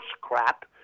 crap